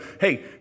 Hey